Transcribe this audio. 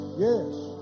Yes